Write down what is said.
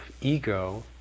ego